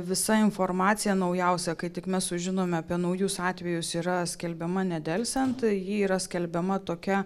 visa informacija naujausia kai tik mes sužinome apie naujus atvejus yra skelbiama nedelsiant ji yra skelbiama tokia